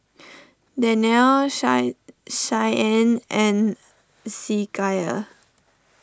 Danyel Shine Shianne and Hezekiah